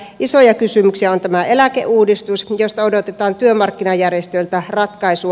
isoja kysymyksiä on tämä eläkeuudistus josta odotetaan työmarkkinajärjestöiltä ratkaisua